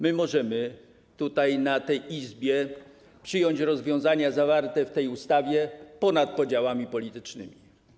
Możemy w tej Izbie przyjąć rozwiązania zawarte w tej ustawie ponad podziałami politycznymi.